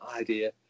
idea